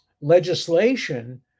legislation